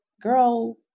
girl